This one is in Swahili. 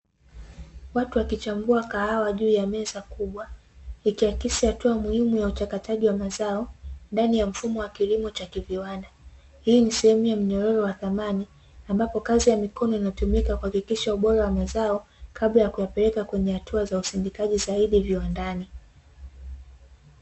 Watu wakichambua kahawa juu ya meza kubwa, ikiakisi hatua muhimu ya uchakataji wa mazao ndani ya mfumo wa kilimo cha kiviwanda. Hii ni sehemu ya mnyororo wa thamani ambapo kazi ya mikono inatumika kuhakikisha ubora wa mazao, kabla ya kuyapeleka kwenye hatua ya usindikaji zaidi viwandani.